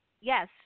yes